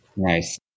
Nice